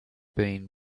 been